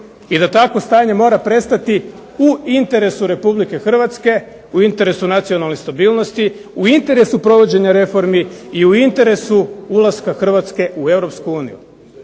i da takvo stanje mora prestati u interesu Republike Hrvatske, u interesu nacionalne stabilnosti, u interesu provođenja reformi i u interesu ulaska Hrvatske u